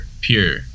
pure